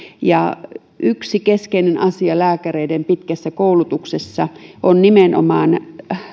ja yksi keskeinen asia lääkäreiden pitkässä koulutuksessa on nimenomaan